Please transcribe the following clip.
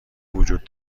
وجود